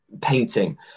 painting